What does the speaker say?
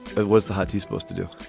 it was the hot tea supposed to do,